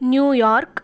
new York